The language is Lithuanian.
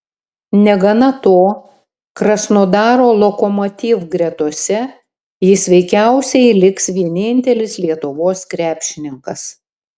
negana to krasnodaro lokomotiv gretose jis veikiausiai liks vienintelis lietuvos krepšininkas